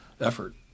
effort